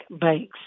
banks